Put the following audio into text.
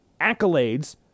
accolades